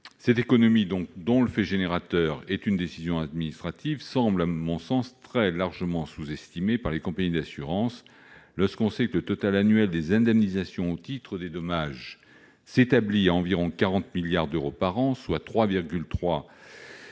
Ces économies, dont le fait générateur est une décision administrative, me semblent très largement sous-estimées par les compagnies d'assurance. L'on sait que le total annuel des indemnisations au titre des dommages s'établit à environ 40 milliards d'euros, soit 3,3 milliards